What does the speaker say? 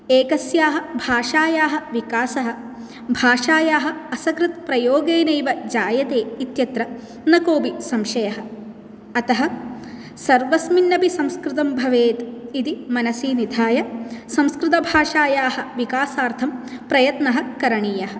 एकस्याः भाषायाः विकासः भाषायाः असकृत्प्रयोगेनेव जायते इत्यत्र न कोपि संशयः अतः सर्वस्मिन् अपि संस्कृतं भवेत् इति मनसि निधाय संस्कृतभाषायाः विकासार्थं प्रयत्नः करणीयः